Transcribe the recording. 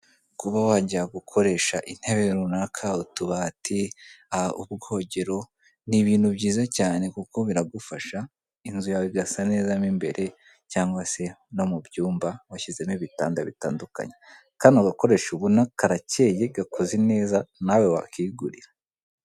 Kuba wajya gukoresha intebe runaka, utubati, ubwogero, ni ibintu byiza cyane kuko biragufasha inzu yawe igasa neza mo imbere; cyangwa se no mu byumba washyizemo ibitanda bitandukanye. Kano gakoresho ubona karacyeye, gakoze neza nawe wakigurira.